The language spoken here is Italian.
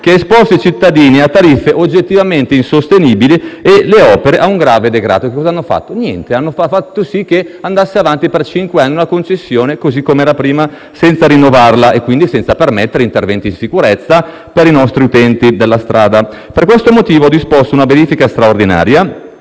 che ha esposto i cittadini a tariffe oggettivamente insostenibili e le opere a un grave degrado. Cosa hanno fatto? Niente. Hanno fatto sì che andasse avanti per cinque anni una concessione, così com'era prima, senza rinnovarla, e quindi senza permettere interventi in sicurezza per i nostri utenti della strada. Per questo motivo, ho disposto una verifica straordinaria